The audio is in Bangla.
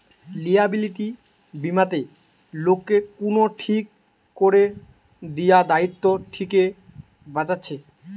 লিয়াবিলিটি বীমাতে লোককে কুনো ঠিক কোরে দিয়া দায়িত্ব থিকে বাঁচাচ্ছে